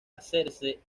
hacerse